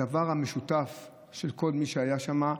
הדבר המשותף לכל מי שהיה שם,